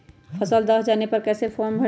फसल दह जाने पर कैसे फॉर्म भरे?